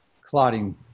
clotting